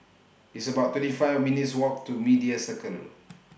It's about twenty five minutes' Walk to Media Circle